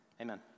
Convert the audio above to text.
amen